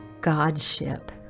Godship